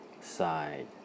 side